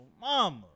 mama